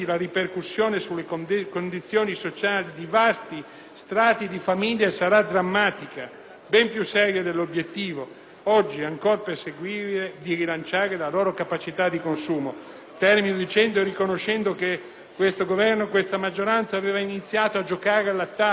ben più seria dell'obiettivo - oggi ancora perseguibile - di rilanciare la loro capacità di consumo. Concludo riconoscendo che questo Governo e questa maggioranza avevano iniziato a giocare all'attacco - è vero - facendo anche scelte coraggiose e giuste; ma ora siete lì a mantenere posizioni,